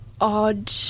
odd